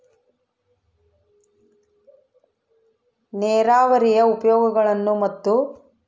ನೇರಾವರಿಯ ಉಪಯೋಗಗಳನ್ನು ಮತ್ತು?